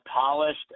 polished